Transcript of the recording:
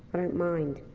i don't mind.